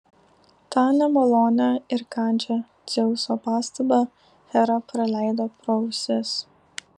tą nemalonią ir kandžią dzeuso pastabą hera praleido pro ausis